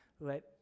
Let